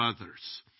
others